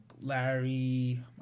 Larry